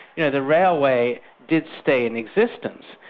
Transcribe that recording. you know the railway did stay in existence.